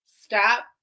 Stop